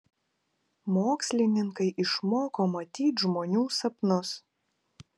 mokslininkai išmoko matyt žmonių sapnus